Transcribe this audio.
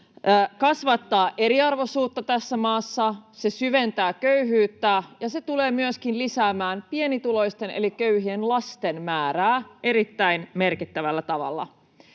kasvattaa eriarvoisuutta tässä maassa, [Juho Eerolan välihuuto] se syventää köyhyyttä, ja se tulee myöskin lisäämään pienituloisten eli köyhien lasten määrää erittäin merkittävällä tavalla.